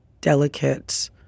delicate